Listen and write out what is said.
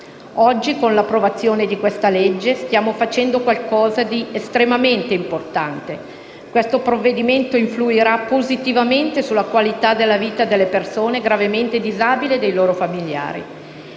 Oggi, con l'approvazione di questa legge, stiamo facendo qualcosa di estremamente importante. Questo provvedimento influirà positivamente sulla qualità della vita delle persone gravemente disabili e dei loro familiari.